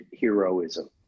heroism